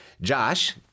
Josh